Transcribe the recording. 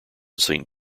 saint